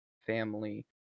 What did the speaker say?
family